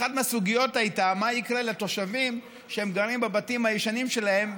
ואחת מהסוגיות הייתה מה יקרה לתושבים שגרים בבתים הישנים שלהם,